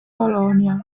polonia